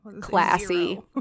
Classy